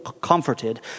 comforted